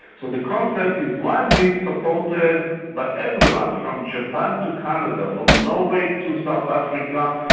so the concept is widely supported by everyone, from japan to canada, from norway to south africa,